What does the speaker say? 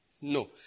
No